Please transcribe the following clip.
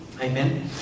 Amen